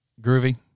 Groovy